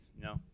No